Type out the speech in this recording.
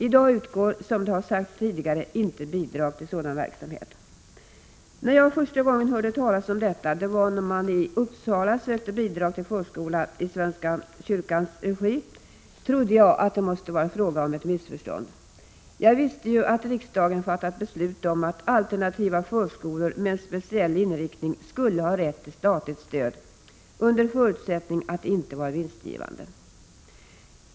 I dag utgår, som det har sagts tidigare, inte bidrag till sådan verksamhet. När jag första gången hörde talas om detta — det var när man i Uppsala sökte bidrag till förskola i svenska kyrkans regi — trodde jag att det måste vara fråga om ett missförstånd. Jag visste ju att riksdagen fattat beslut om att alternativa förskolor med en speciell inriktning skulle ha rätt till statligt stöd under förutsättning att de inte var vinstgivande.